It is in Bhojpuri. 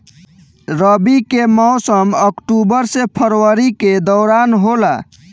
रबी के मौसम अक्टूबर से फरवरी के दौरान होला